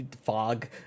fog